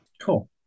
Cool